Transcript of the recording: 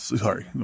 Sorry